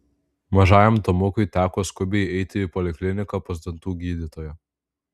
mažajam tomukui teko skubiai eiti į polikliniką pas dantų gydytoją